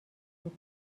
بود